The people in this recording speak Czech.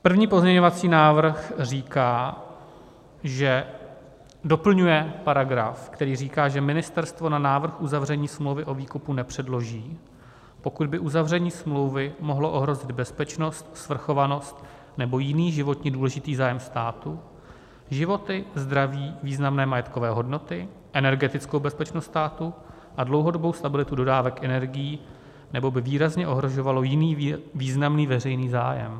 První pozměňovací návrh říká, že doplňuje paragraf, který říká, že ministerstvo na návrh uzavření smlouvy o výkupu nepředloží, pokud by uzavření smlouvy mohlo ohrozit bezpečnost, svrchovanost nebo jiný životně důležitý zájem státu, životy, zdraví, významné majetkové hodnoty, energetickou bezpečnost státu a dlouhodobou stabilitu dodávek energií nebo by výrazně ohrožovalo jiný významný veřejný zájem.